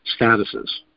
statuses